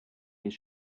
his